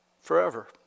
forever